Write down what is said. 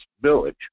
village